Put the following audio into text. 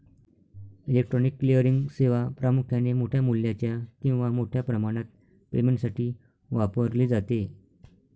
electronic clearing सेवा प्रामुख्याने मोठ्या मूल्याच्या किंवा मोठ्या प्रमाणात पेमेंटसाठी वापरली जाते